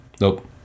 Nope